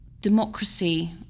democracy